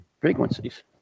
frequencies